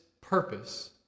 purpose